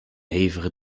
hevige